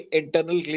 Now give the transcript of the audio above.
internal